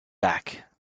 back